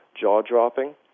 jaw-dropping